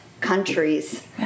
countries